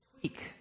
tweak